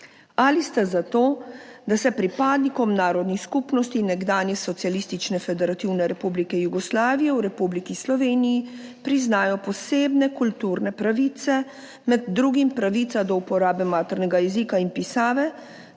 »Ali ste za to, da se pripadnikom narodnih skupnosti nekdanje Socialistične federativne republike Jugoslavije v Republiki Sloveniji priznajo posebne kulturne pravice, med drugim pravica do uporabe maternega jezika in pisave,